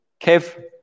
Kev